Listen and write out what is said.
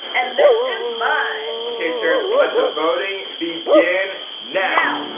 and this is mine. okay sharers, let the voting begin now.